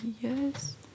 yes